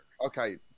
Okay